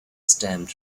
stemmed